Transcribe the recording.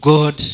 God